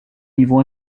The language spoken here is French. niveau